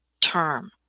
term